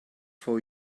for